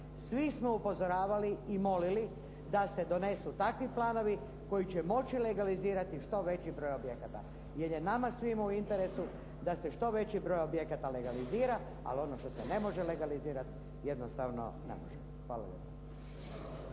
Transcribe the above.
Svi smo upozoravali i molili da se donesu takvi planovi koji će moći legalizirati što veći broj objekata jer je nama svima u interesu da se što veći broj objekata legalizira ali ono što se ne može legalizirati jednostavno ne može. Hvala lijepo.